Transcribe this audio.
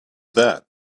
that